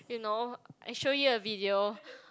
you know I show you a video